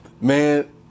Man